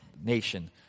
Nation